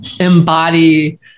embody